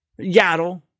Yaddle